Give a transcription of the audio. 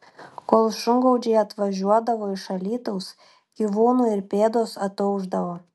kol šungaudžiai atvažiuodavo iš alytaus gyvūnų ir pėdos ataušdavo